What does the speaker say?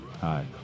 hi